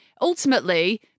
ultimately